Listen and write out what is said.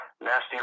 Nasty